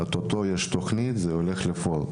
אוטוטו יש תכנית, וזה הולך לפעול".